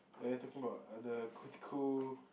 wait are you talking about other co~ cool